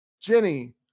Jenny